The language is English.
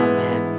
Amen